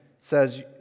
says